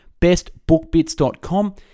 bestbookbits.com